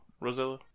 Rosella